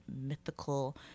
mythical